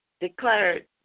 declared